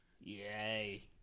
Yay